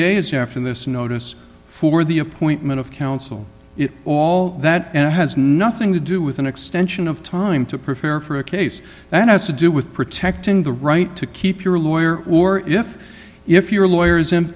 days after this notice for the appointment of counsel if all that has nothing to do with an extension of time to prepare for a case that has to do with protecting the right to keep your lawyer or if if your lawyer